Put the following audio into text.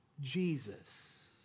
Jesus